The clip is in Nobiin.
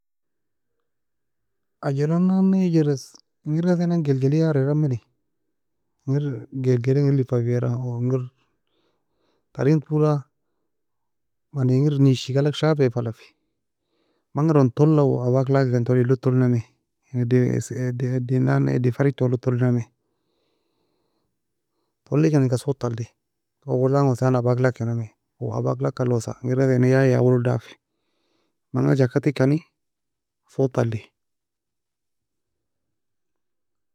Ajalan"nannae جرس engir ghasae nan gelgliar era meni. Engir gelgliar engir lifa fera taren toula, mani engir neishi galag shafei fala fe, manga eron toula abak lakin, eddi log tolynami, eddi eddi eddi nanne farig toe log tolynami, tolykan eka sotta ali. Owal langosa tani abaklak kenami, abak lak kalosa, engir ghasae yayea awo log dafi, manga jakatekani sotta ali.